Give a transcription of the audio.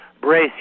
brace